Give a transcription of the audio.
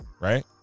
right